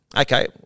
okay